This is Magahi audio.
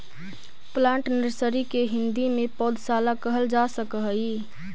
प्लांट नर्सरी के हिंदी में पौधशाला कहल जा सकऽ हइ